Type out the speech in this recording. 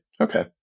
Okay